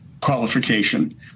qualification